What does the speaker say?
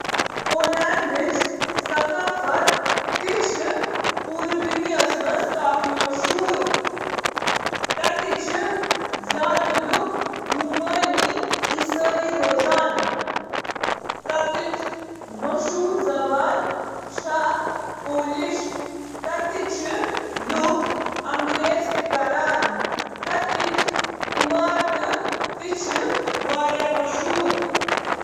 Polish ثقافتک کنہہ پہلو چِھ یہٕ: مذہب، خوراک پولینڈ چھُ پنِنہِ دِلی رٮ۪وٲیتی کھٮ۪نہٕ خٲطرٕ زاننہٕ یِوان، یَتھ منٛز سوپ تہٕ سٹوٗ، ماز تہٕ آلو، بیئر تہٕ ووڈکا، تہٕ پیروگی شٲمِل چھِ۔ مہمان نوازی تہٕ باقی۔